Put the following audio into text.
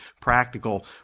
practical